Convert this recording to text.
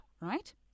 right